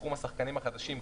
בתחום השחקנים החדשים,